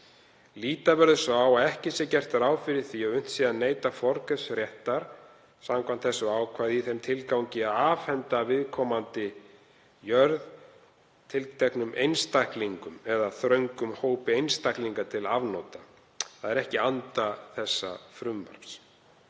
Líta verður svo á að ekki sé gert ráð fyrir því að unnt sé að neyta forkaupsréttar samkvæmt þessu ákvæði í þeim tilgangi að afhenda viðkomandi jörð tilteknum einstaklingum eða þröngum hópi einstaklinga til afnota. Það er ekki í anda þessa frumvarps.